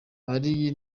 ari